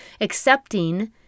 accepting